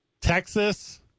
Texas